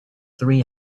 three